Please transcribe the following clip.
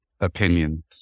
opinions